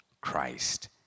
Christ